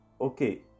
okay